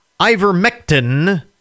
ivermectin